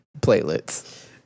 platelets